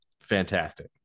Fantastic